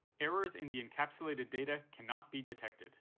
errors in the encapsulated data cannot be detected.